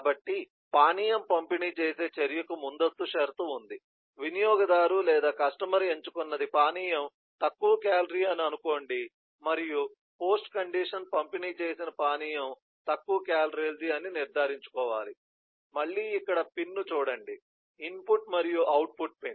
కాబట్టి పానీయం పంపిణీ చేసే చర్యకు ముందస్తు షరతు ఉంది వినియోగదారు లేదా కస్టమర్ ఎంచుకున్నది పానీయం తక్కువ క్యాలరీ అని అనుకోండి మరియు పోస్ట్ కండిషన్ పంపిణీ చేసిన పానీయం తక్కువ కేలరీలది అని నిర్ధారించుకోవాలి మళ్ళీ ఇక్కడ పిన్స్ ను చూడండి ఇన్పుట్ మరియు అవుట్పుట్ పిన్